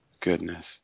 Goodness